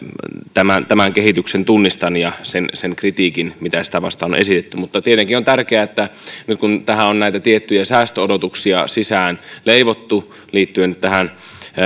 tämän tämän kehityksen tunnistan ja sen sen kritiikin mitä sitä vastaan on esitetty mutta tietenkin on erittäin tärkeää nyt kun tähän on näitä tiettyjä säästöodotuksia sisään leivottu liittyen tähän